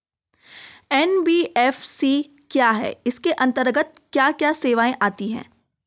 NBFC क्या है इसके अंतर्गत क्या क्या सेवाएँ आती हैं?